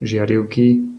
žiarivky